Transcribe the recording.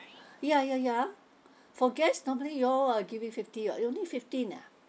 ya ya ya for guest normally you all uh give it fifty [what] you only fifteen ah